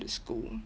the school